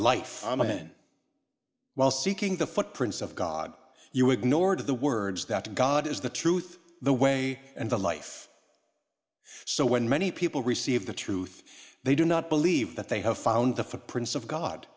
life i'm in while seeking the footprints of god you ignored the words that god is the truth the way and the life so when many people receive the truth they do not believe that they have found the footprints of god